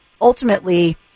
ultimately